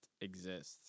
exist